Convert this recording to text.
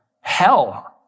hell